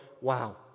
wow